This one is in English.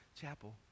chapel